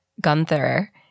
Gunther